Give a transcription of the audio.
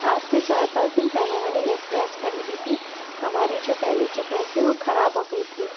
आज से चार पाँच दिन पहले मैंने एक प्रेस खरीदी थी हमारी जो पहले की प्रेस है वो खराब हो गई थी